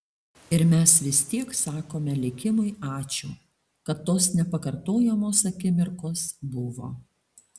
ir mes vis tiek sakome likimui ačiū kad tos nepakartojamos akimirkos buvo